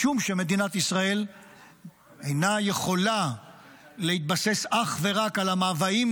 משום שמדינת ישראל אינה יכולה להתבסס אך ורק על המאוויים,